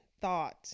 thought